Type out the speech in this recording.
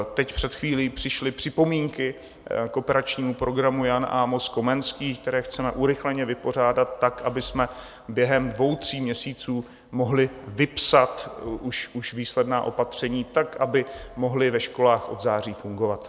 Teď před chvílí přišly připomínky k Operačnímu programu Jan Amos Komenský, které chceme urychleně vypořádat tak, abychom během dvou tří měsíců mohli vypsat už výsledná opatření tak, aby mohla ve školách od září fungovat.